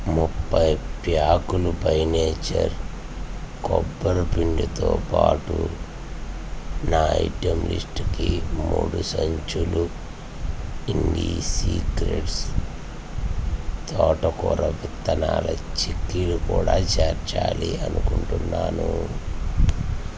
ముప్పై ప్యాకులు by nature కొబ్బరి పిండితో పాటు నా ఐటెం లిస్టుకి మూడు సంచులు ఇండి సీక్రెట్స్ తోటకూర విత్తనాల చిక్కీలు కూడా చేర్చాలి అనుకుంటున్నాను